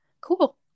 cool